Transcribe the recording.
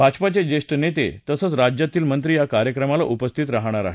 भाजपाचे ज्येष्ठ नेते तसंच राज्यातील मंत्री या कार्यक्रमाला उपस्थित राहणार आहेत